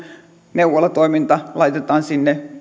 neuvolatoiminta laitetaan sinne